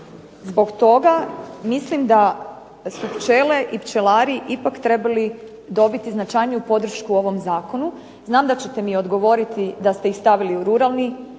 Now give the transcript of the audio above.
Zbog toga mislim da su pčele i pčelari ipak trebali dobiti značajniju podršku u ovom zakonu. Znam da ćete mi odgovoriti da ste ih stavili u ruralni